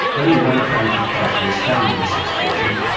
only one kanji character is found in this expression,